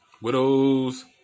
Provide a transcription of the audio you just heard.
Widow's